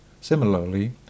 Similarly